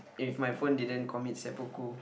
if my phone didn't commit seppuku